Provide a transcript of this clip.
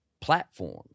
platforms